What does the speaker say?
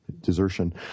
desertion